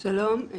אצלם היא כל רגע.